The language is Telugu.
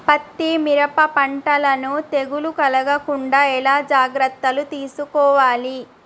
పత్తి మిరప పంటలను తెగులు కలగకుండా ఎలా జాగ్రత్తలు తీసుకోవాలి?